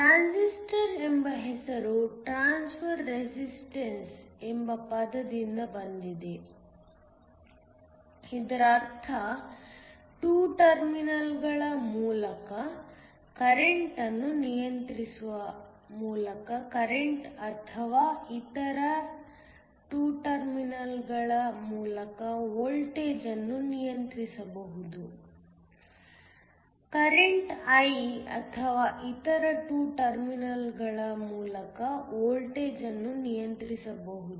transistor ಎಂಬ ಹೆಸರು transfer resistance ಎಂಬ ಪದದಿಂದ ಬಂದಿದೆ ಇದರರ್ಥ 2 ಟರ್ಮಿನಲ್ಗಳ ಮೂಲಕ ಕರೆಂಟ್ ಅನ್ನು ನಿಯಂತ್ರಿಸುವ ಮೂಲಕ ಕರೆಂಟ್ ಅಥವಾ ಇತರ 2 ಟರ್ಮಿನಲ್ಗಳ ಮೂಲಕ ವೋಲ್ಟೇಜ್ ಅನ್ನು ನಿಯಂತ್ರಿಸಬಹುದು ಕರೆಂಟ್ I ಅಥವಾ ಇತರ 2 ಟರ್ಮಿನಲ್ಗಳ ಮೂಲಕ ವೋಲ್ಟೇಜ್ ಅನ್ನು ನಿಯಂತ್ರಿಸಬಹುದು